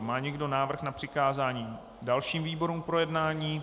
Má někdo návrh na přikázání dalším výborům k projednání?